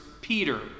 Peter